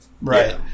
Right